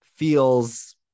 Feels